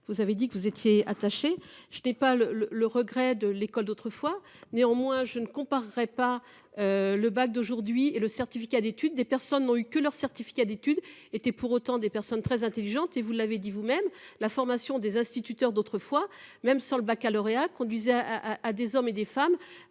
vous avez dit que vous étiez attachés. Je n'ai pas le le le regret de l'école d'autrefois. Néanmoins je ne comparerai pas. Le bac d'aujourd'hui et le certificat d'études des personnes n'ont eu que leur certificat d'études étaient pour autant des personnes très intelligente et vous l'avez dit vous-même la formation des instituteurs d'autrefois même sur le Baccalauréat conduisait à à des hommes et des femmes.